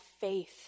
faith